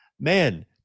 man